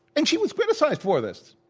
and she was criticized for this.